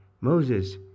Moses